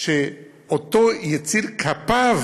שאותו יציר כפיו